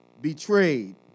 betrayed